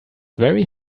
very